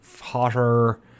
hotter